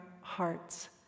hearts